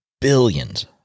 billions